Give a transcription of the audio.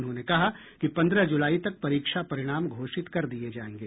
उन्होंने कहा कि पंद्रह जुलाई तक परीक्षा परिणाम घोषित कर दिये जायेंगे